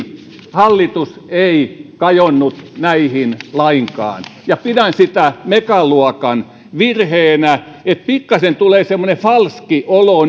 hallitus ei kajonnut lainkaan ja pidän sitä megaluokan virheenä niin että pikkasen tulee semmoinen falski olo